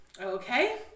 Okay